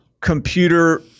computer